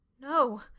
No